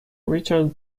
richard